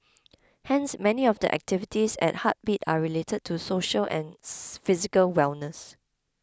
hence many of the activities at heartbeat are related to social and physical wellness